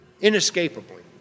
Inescapably